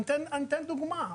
אני אתן דוגמה,